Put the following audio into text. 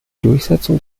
durchsetzung